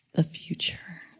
a future.